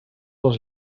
les